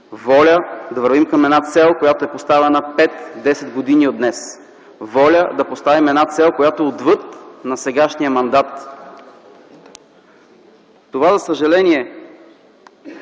Воля да вървим към една цел, поставена 5-10 години от днес, воля да поставим цел, която е отвъд сегашния мандат. Това за съжаление